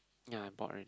ya I bought already